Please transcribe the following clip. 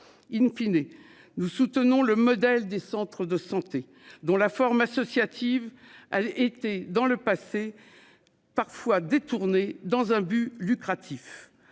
In. Nous soutenons le modèle des centres de santé dont la forme associative a été dans le passé. Parfois détournés dans un but lucratif